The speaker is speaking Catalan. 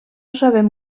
sabem